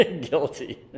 guilty